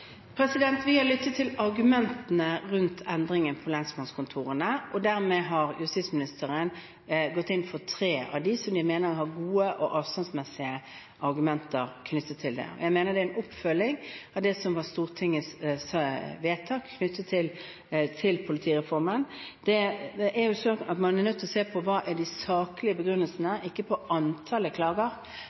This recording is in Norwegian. Vi har lyttet til argumentene rundt endringene ved lensmannskontorene, og justisministeren har gått inn for tre av klagene, der man mener det er gode og avstandsmessige argumenter knyttet til det. Jeg mener det er en oppfølging av Stortingets vedtak knyttet til politireformen. Det er slik at man er nødt til å se på hva som er de saklige begrunnelsene, ikke på antall klager,